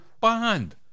bond